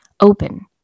open